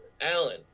Alan